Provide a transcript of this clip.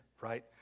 right